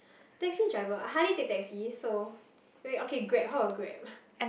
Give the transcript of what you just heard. taxi driver how do you take taxis so wait okay grab how about grab